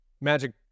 magic